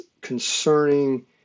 concerning